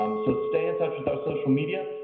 um so stay in touch with those social media,